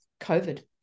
covid